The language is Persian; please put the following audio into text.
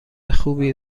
خوبی